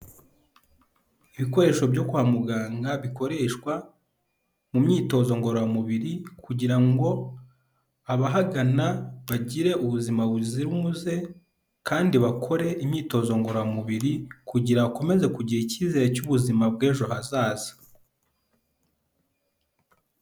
Ibikoresho byo kwa muganga bikoreshwa mu myitozo ngororamubiri, kugira ngo abahagana bagire ubuzima buzira umuze kandi bakore imyitozo ngororamubiri kugirango bakomeze kugira icyizere cy'ubuzima bw'ejo hazaza.